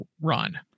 run